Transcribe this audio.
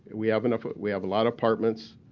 and we have enough we have a lot of apartments.